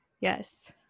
yes